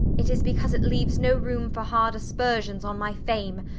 it is because it leaves no room for hard aspersions on my fame,